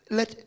Let